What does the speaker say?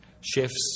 shifts